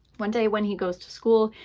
one day when he goes to school,